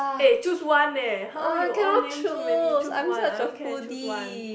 eh choose one eh how you all name so many choose one I don't care choose one